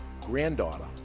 granddaughter